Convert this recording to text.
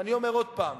ואני אומר עוד פעם,